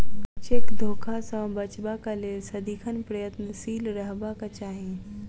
cheque धोखा सॅ बचबाक लेल सदिखन प्रयत्नशील रहबाक चाही